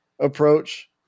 approach